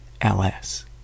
ls